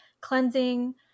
cleansing